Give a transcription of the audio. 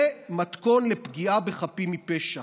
זה מתכון לפגיעה בחפים מפשע.